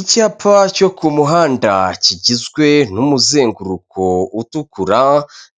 Icyapa cyo ku muhanda kigizwe n'umuzenguruko utukura